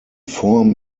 form